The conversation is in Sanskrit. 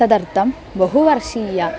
तदर्थं बहुवर्षीय